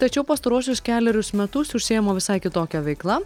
tačiau pastaruosius kelerius metus užsiima visai kitokia veikla